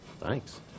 thanks